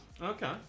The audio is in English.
Okay